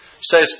says